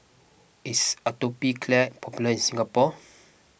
is Atopiclair popular in Singapore